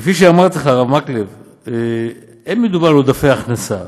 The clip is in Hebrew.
כפי שאמרתי לך, הרב מקלב, אין מדובר בעודפי הכנסה